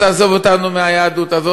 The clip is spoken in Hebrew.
תעזוב אותנו מהיהדות הזאת,